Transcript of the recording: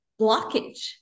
blockage